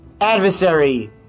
adversary